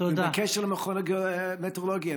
ובקשר למכון המטאורולוגי,